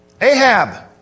Ahab